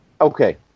okay